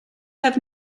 have